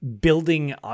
building